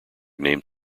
named